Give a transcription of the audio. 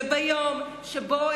ביום שבו,